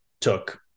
took